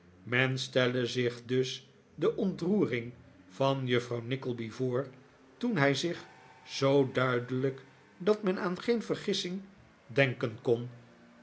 men stelle zich dus de ontroering van juffrouw nickleby voor toen hij zich zoo duidelijk dat men aan geen vergissing denken kon